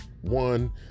one